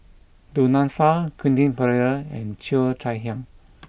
Du Nanfa Quentin Pereira and Cheo Chai Hiang